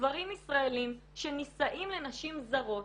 גברים ישראלים שנישאים לנשים זרות,